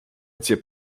gdzie